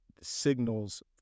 signals